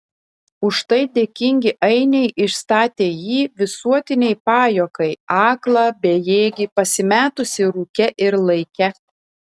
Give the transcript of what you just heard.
už tai dėkingi ainiai išstatė jį visuotinei pajuokai aklą bejėgį pasimetusį rūke ir laike